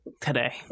today